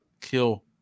kill